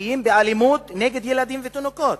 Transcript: הפליליים של אלימות נגד ילדים ותינוקות,